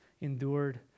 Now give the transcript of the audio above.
endured